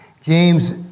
James